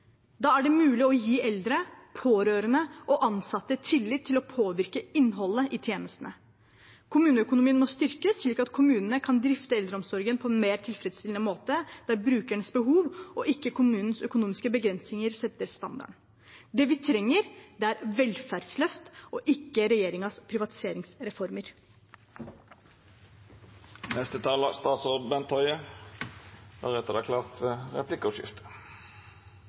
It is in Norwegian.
Da er det mulig å gi eldre, pårørende og ansatte tillit til å påvirke innholdet i tjenestene. Kommuneøkonomien må styrkes, slik at kommunene kan drifte eldreomsorgen på en mer tilfredsstillende måte, der brukernes behov og ikke kommunens økonomiske begrensninger setter standarden. Det vi trenger, er et velferdsløft, ikke regjeringens privatiseringsreformer. Regjeringens ambisjon er å skape pasientens helsetjeneste. I denne saken går det